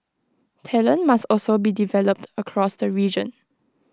talent must also be developed across the region